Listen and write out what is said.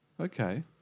okay